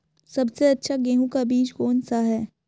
सबसे अच्छा गेहूँ का बीज कौन सा है?